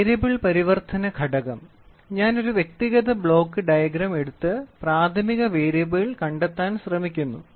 variable പരിവർത്തന ഘടകം ഞാൻ ഒരു വ്യക്തിഗത ബ്ലോക്ക് ഡയഗ്രം എടുത്ത് പ്രാഥമിക വേരിയബിൾ കണ്ടെത്താൻ ശ്രമിക്കുന്നു